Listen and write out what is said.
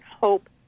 hope